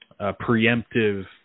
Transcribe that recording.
preemptive